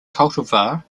cultivar